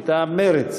מטעם מרצ.